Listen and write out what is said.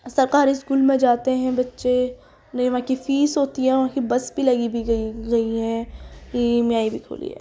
سرکاری اسکول میں جاتے ہیں بچے نہ ہی وہاں کی فیس ہوتی ہے اور وہاں کی بس بھی لگی ہیں ای ایم آئی بھی کھولی ہے